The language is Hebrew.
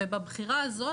ובבחירה הזאת,